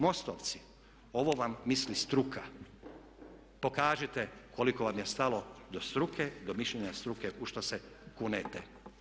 MOST-ovci ovo vam misli struka, pokažite koliko vam je stalo do struke, do mišljenja struke u što se kunete.